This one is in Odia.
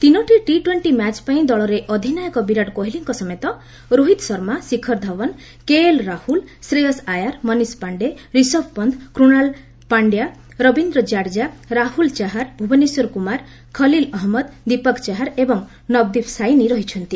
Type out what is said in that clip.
ତିନୋଟି ଟି ଟ୍ୱେଣ୍ଟି ମ୍ୟାଚ୍ ପାଇଁ ଦଳରେ ଅଧିନାୟକ ବିରାଟ କୋହଲିଙ୍କ ସମେତ ରୋହିତ ଶର୍ମା ଶିଖର ଧୱାନ୍ କେଏଲ୍ ରାହୁଲ୍ ଶ୍ରେୟସ୍ ଆୟାର୍ ମନୀଶ ପାଶ୍ଚେ ଋଷଭ୍ ପନ୍ଥ କୃଣାଳ ପାଣ୍ଡ୍ୟା ରବୀନ୍ଦ୍ର କାଡେଜା ରାହ୍ରଲ୍ ଚାହାର୍ ଭ୍ରବନେଶ୍ୱର କୁମାର ଖଲିଲ୍ ଅହମ୍ମଦ ଦୀପକ୍ ଚାହାର ଏବଂ ନବଦୀପ ସାଇନୀ ରହିଛନ୍ତି